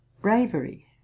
Bravery